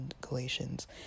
Galatians